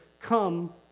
come